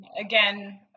again